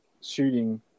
shooting